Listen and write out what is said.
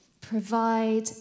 provide